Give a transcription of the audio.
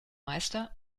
meister